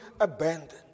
abandoned